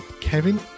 Kevin